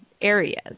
areas